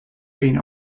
been